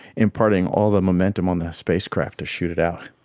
imparting all the momentum on the spacecraft to shoot it out.